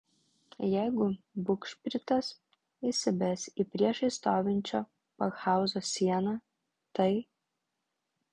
jeigu bugšpritas įsibes į priešais stovinčio pakhauzo sieną tai